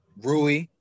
Rui